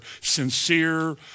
sincere